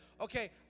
Okay